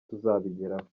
tuzabigeraho